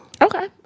Okay